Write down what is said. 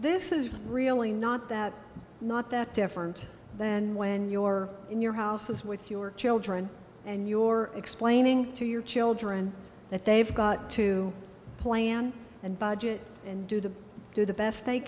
this is really not that not that different than when you are in your houses with your children and you're explaining to your children that they've got to plan and budget and do the do the best they